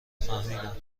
فهمیدم